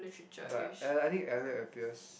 but uh I think Elliot appears